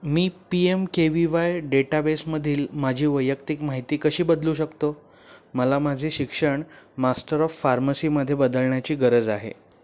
मी P M K V Y डेटाबेसमधील माझी वैयक्तिक माहिती कशी बदलू शकतो मला माझे शिक्षण मास्टर ऑफ फार्मसीमध्ये बदलण्याची गरज आहे